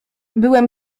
byłem